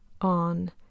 on